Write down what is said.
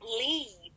leave